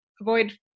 avoid